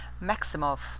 Maximov